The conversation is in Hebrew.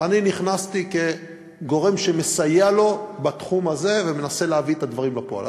ואני נכנסתי כגורם שמסייע לו בתחום הזה ומנסה להוציא את הדברים לפועל.